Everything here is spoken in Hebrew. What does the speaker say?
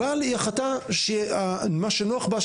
אבל היא החלטה שמה שנוח בה,